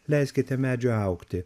leiskite medžiui augti